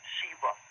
Shiva